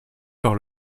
par